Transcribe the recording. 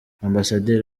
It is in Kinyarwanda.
ambasaderi